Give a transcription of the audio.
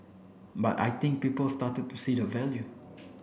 but I think people started to see the value